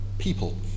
people